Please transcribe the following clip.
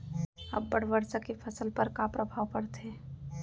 अब्बड़ वर्षा के फसल पर का प्रभाव परथे?